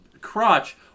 crotch